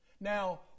Now